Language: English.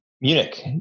Munich